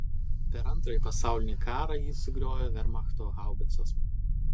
per antrąjį pasaulinį karą jį sugriovė vermachto haubicos